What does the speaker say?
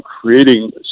creating